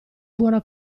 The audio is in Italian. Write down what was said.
buona